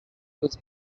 was